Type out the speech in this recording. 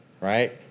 right